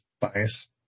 bias